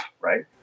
right